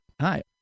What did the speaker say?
Hi